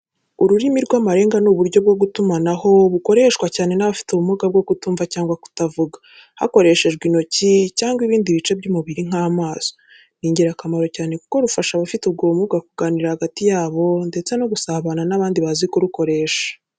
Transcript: Ururimi rw’amarenga ni uburyo bwo gutumanaho bukoreshwa cyane n’abafite ubumuga bwo kutumva cyangwa kutavuga, hakoreshejwe intoki cyangwa ibindi bice by’umubiri nk'amaso. Ni ingirakamaro cyane kuko rufasha abafite ubwo bumuga kuganira hagati yabo ndetse no gusabana n’abandi bazi kurukoresha.